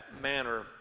manner